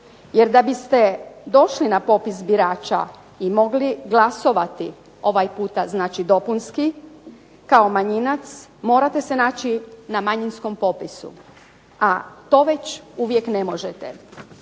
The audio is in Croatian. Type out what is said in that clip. Jer da biste došli na popis birača i mogli glasovati ovaj puta dopunski, kao manjinac, morate se naći na manjinskom popisu a to već uvijek ne možete.